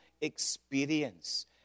experience